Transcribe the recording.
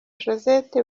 josette